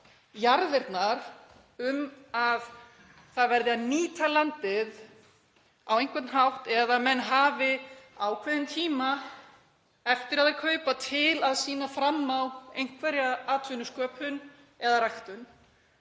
jarðirnar um að það verði að nýta landið á einhvern hátt eða að menn hafi ákveðinn tíma eftir að þeir kaupa til að sýna fram á einhverja atvinnusköpun eða ræktun,